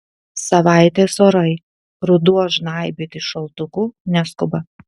savaitės orai ruduo žnaibytis šaltuku neskuba